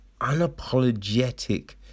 Unapologetic